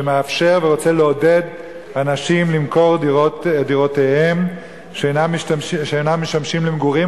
שמאפשר ורוצה לעודד אנשים למכור את דירותיהם שאינן משמשות למגורים,